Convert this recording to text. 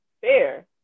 fair